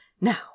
now